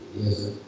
Yes